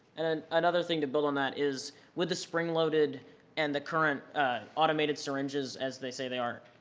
and another thing to build on that is with the spring loaded and the current automated syringes as they say they are,